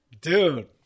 dude